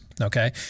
Okay